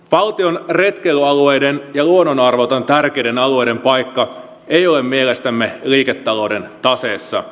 valtion retkeilyalueiden ja luonnonarvoiltaan tärkeiden alueiden paikka ei ole mielestämme liiketalouden taseessa